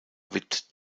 wird